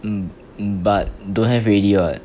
um um but don't have already [what]